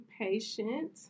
Patient